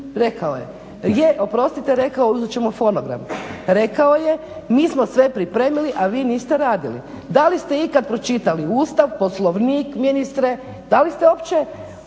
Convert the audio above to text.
Rekao je. Je, oprostite, rekao, uzet ćemo fonogram. Rekao je mi smo sve pripremili, a vi niste radili. Da li ste ikad pročitali Ustav, Poslovnik ministre? Da li ste uopće